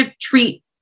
treat